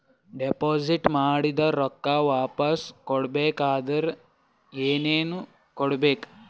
Deposit ಮಾಡಿದ ರೊಕ್ಕ ವಾಪಸ್ ತಗೊಬೇಕಾದ್ರ ಏನೇನು ಕೊಡಬೇಕು?